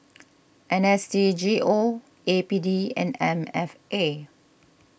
N S D G O A P D and M F A